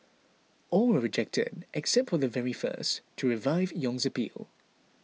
all were rejected except for the very first to revive Yong's appeal